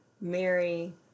Mary